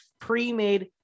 pre-made